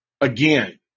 again